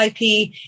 IP